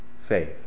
faith